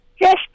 yes